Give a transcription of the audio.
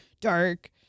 dark